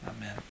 Amen